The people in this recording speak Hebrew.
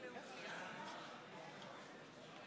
והיא תועבר לוועדת החוקה, חוק